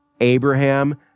Abraham